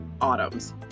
Autumn's